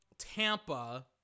Tampa